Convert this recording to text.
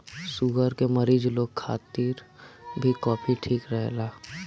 sugar के मरीज लोग खातिर भी कॉफ़ी ठीक रहेला